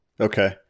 Okay